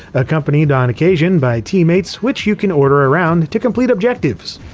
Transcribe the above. accompanied on occasion by teammates which you can order around to complete objectives.